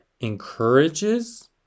encourages